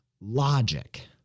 logic